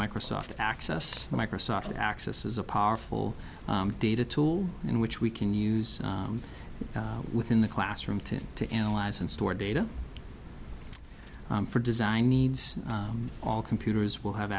microsoft access microsoft access is a powerful data tool in which we can use within the classroom to to analyze and store data for design needs all computers will have